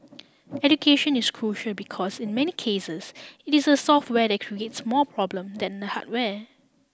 education is crucial because in many cases it is the software that creates more problems than the hardware